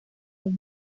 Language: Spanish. los